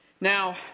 Now